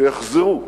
שיחזרו.